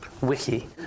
Wiki